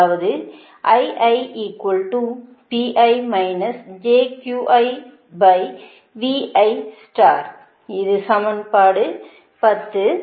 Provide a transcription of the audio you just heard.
அதாவது இது சமன்பாடு 10